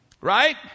Right